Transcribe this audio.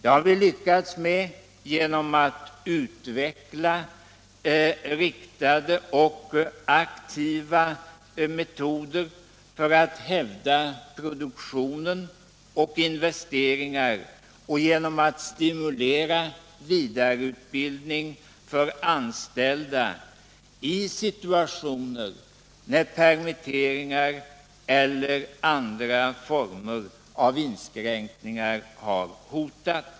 Det har vi lyckats med genom att utveckla riktade och aktiva metoder för att hävda produktionen och investeringarna och genom att stimulera vidareutbildning för anställda i situationer när permitteringar eller andra former av inskränkningar har hotat.